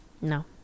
No